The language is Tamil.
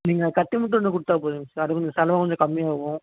நீங்கள் கட்டி மட்டும் வந்து கொடுத்தா போதுங்க சார் அது வந்து செலவு கொஞ்சம் கம்மியாகும்